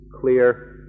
clear